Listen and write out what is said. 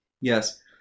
Yes